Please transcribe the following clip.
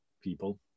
people